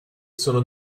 sono